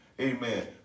Amen